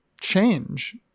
change